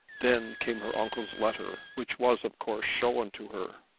then came her uncle's letter, which was of course shown to her.